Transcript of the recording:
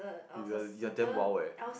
you are you are damn wild eh